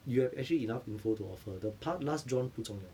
you have actually enough info to offer the part last drawn 不重要